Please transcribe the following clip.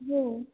हो